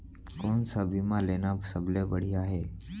कोन स बीमा लेना सबले बढ़िया हे?